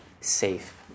safe